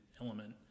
element